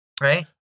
right